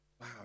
Wow